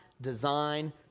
design